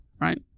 right